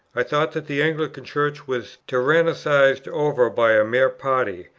i thought that the anglican church was tyrannized over by a mere party,